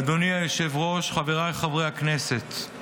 אדוני היושב-ראש, חבריי חברי הכנסת,